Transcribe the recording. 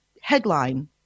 headline